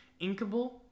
Inkable